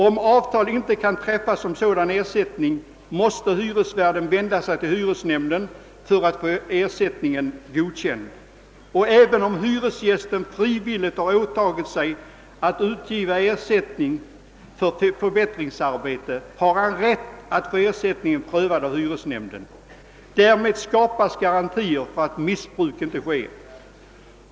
Om avtal inte kan träffas om sådan ersättning måste hyresvärden vända sig till hyresnämnden för att få ersättningen godkänd. Och även om hyresgästen frivilligt har åtagit sig att utgiva ersättning för förbättringsarbeten har han rätt att få ersättningen prövad av hyresnämnden. Därmed skapas garantier för att missbruk inte sker.